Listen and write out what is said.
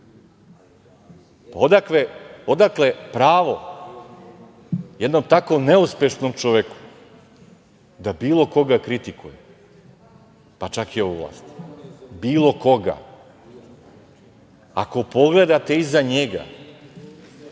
znam. Odakle pravo jednom takvom neuspešnom čoveku da bilo koga kritikuje, pa čak i ovu vlast, bilo koga? Ako, pogledate iza njega,